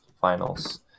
finals